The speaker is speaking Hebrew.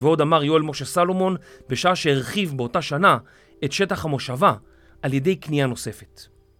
ועוד אמר יואל משה סלומון בשעה שהרחיב באותה שנה את שטח המושבה על ידי קנייה נוספת.